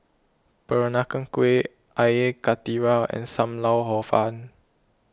Peranakan Kueh Air Karthira and Sam Lau Hor Fun